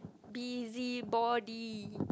busybody